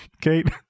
Kate